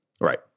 Right